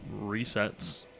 resets